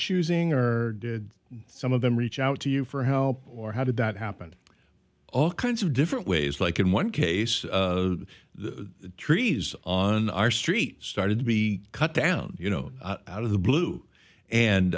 choosing or some of them reach out to you for help or how did that happen all kinds of different ways like in one case the trees on our street started to be cut down you know out of the blue and